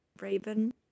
raven